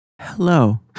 Hello